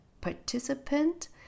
participant